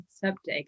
subject